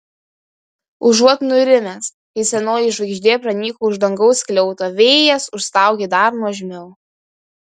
užuot nurimęs kai senoji žvaigždė pranyko iš dangaus skliauto vėjas užstaugė dar nuožmiau